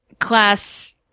class